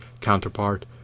counterpart